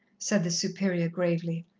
said the superior gravely,